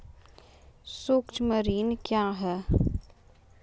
सुक्ष्म ऋण क्या हैं?